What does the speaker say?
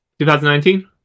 2019